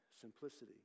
simplicity